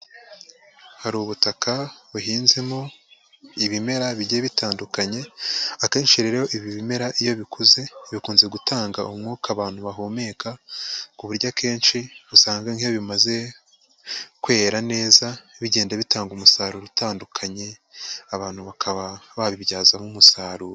Hari ubutaka buhinzemo ibimera bigiye bitandukanye, akenshi rero ibi bimera iyo bikuze, bikunze gutanga umwuka abantu bahumeka, ku buryo akenshi usanga nk'iyo bimaze kwera neza, bigenda bitanga umusaruro utandukanye, abantu bakaba babibyazamo umusaruro.